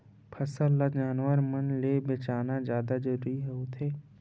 फसल ल जानवर मन ले बचाना जादा जरूरी होवथे